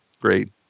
Great